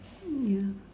mm ya